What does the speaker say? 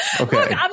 Okay